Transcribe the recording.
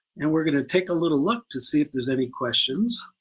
and we're gonna take a little look to see if there's any questions,